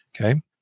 Okay